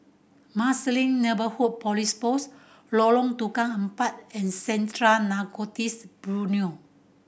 Marsiling Neighbourhood Police Post Lorong Tukang Empat and Central Narcotics Bureau